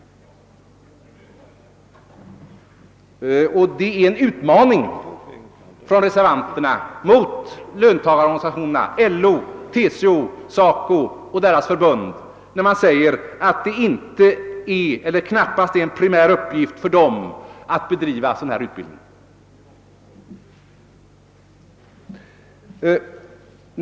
Det är en utmaning av reservanterna mot löntagarorganisationerna — LO, TCO, SACO och deras förbund — då de säger att det knappast är en primär uppgift för dem att bedriva sådan utbildning.